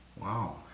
Wow